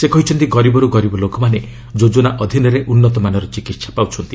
ସେ କହିଛନ୍ତି ଗରିବରୁ ଗରିବ ଲୋକମାନେ ଯୋଜନା ଅଧୀନରେ ଉନ୍ନତମାନର ଚିକିତ୍ସା ପାଉଛନ୍ତି